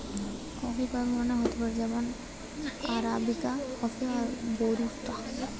coffee কয়েক ধরণের হতিছে যেমন আরাবিকা কফি, রোবুস্তা